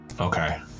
Okay